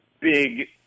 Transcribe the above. big